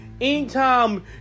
Anytime